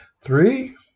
three